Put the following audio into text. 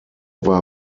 war